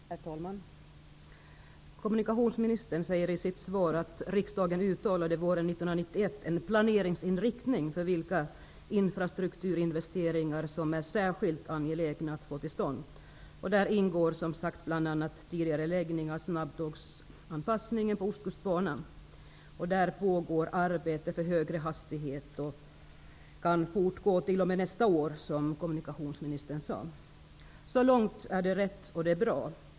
Herr talman! Kommunikationsministern säger i sitt svar att riksdagen våren 1991 uttalade en planeringsinriktning som gällde vilka strukturinvesteringar som var särskilt angelägna att få till stånd. Där ingick som sagt en tidigareläggning av snabbtågsanpassningen på ostkustbanan. Arbete för högre hastighet pågår och kan fortgå t.o.m. nästa år, som kommunikationsministern sade. Så långt är det rätt, och det är bra.